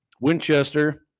Winchester